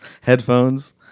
Headphones